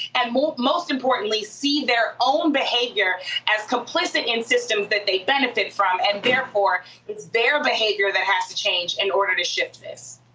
and most most importantly see their own behavior as complicit in systems that they benefit from. and therefore it's their behavior that has to change in order to shift this.